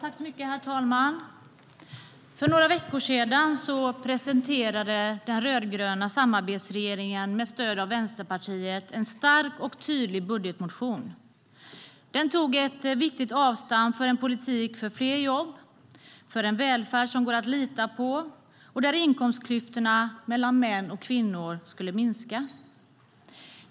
Herr talman! För några veckor sedan presenterade den rödgröna samarbetsregeringen med stöd av Vänsterpartiet en stark och tydlig budgetproposition. Den tog ett viktigt avstamp för en politik för fler jobb, för en välfärd som går att lita på och för att inkomstklyftorna mellan män och kvinnor skulle minska.